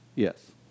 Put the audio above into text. Yes